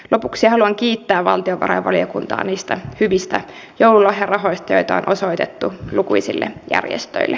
lopuksi haluan kiittää valtiovarainvaliokuntaa niistä hyvistä joululahjarahoista joita on osoitettu lukuisille järjestöille